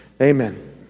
Amen